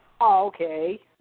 okay